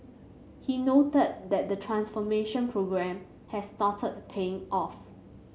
he noted that the transformation programme has started paying off